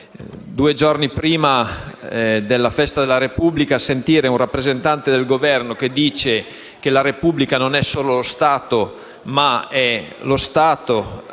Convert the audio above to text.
due giorni prima della festa della Repubblica, sentire un rappresentante del Governo che dice che la Repubblica non è solo lo Stato, ma è